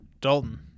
Dalton